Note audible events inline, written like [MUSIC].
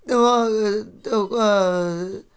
त्यो त्यो [UNINTELLIGIBLE]